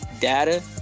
data